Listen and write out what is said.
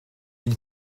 n’ai